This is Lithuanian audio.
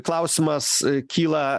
klausimas kyla